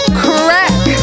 crack